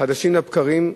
חדשות לבקרים.